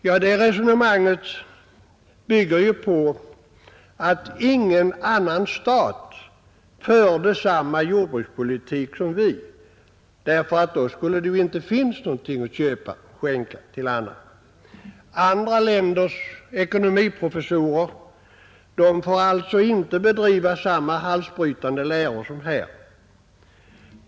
Ja, det resonemanget bygger ju på att ingen annan stat skulle föra samma jordbrukspolitik som Sverige, därför att då skulle det inte finnas någonting att köpa och skänka till andra. Ekonomiprofessorerna i andra länder får alltså inte förkunna samma halsbrytande läror som man får sprida här i Sverige.